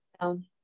down